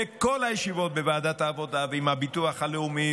בכל הישיבות בוועדת העבודה ועם הביטוח הלאומי